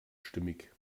stimmig